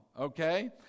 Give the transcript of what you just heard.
Okay